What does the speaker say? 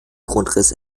grundriss